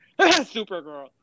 Supergirl